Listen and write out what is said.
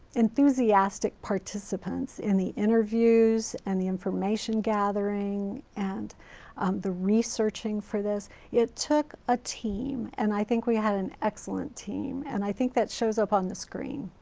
enthusiastic participants in the interviews and information gathering. and um the researching for this it took a team and i think we had an excellent team. and i think that shows up on the screen.